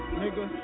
nigga